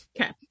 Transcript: Okay